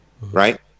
Right